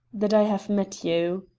that i have met you.